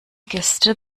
gäste